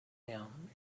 him